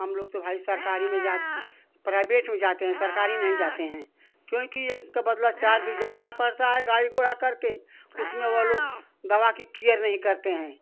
हम लोग तो भाई सरकारी में जात प्राइवेट में जाते हैं सरकारी नहीं जाते हैं क्योंकि एक के बदला चार भी जाना पड़ता है गाड़ी घोड़ा करके उसमें वह लोग दवा कि कीयर नहीं करते हैं